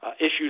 issues